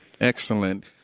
Excellent